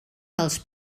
dels